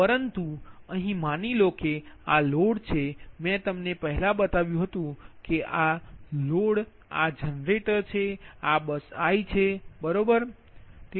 પરંતુ અહીં માની લો કે આ લોડ છે મેં તમને પહેલાં બતાવ્યું હતું કે આ લોડ છે અને આ જનરેટર છે આ બસ i છે બરોબર છે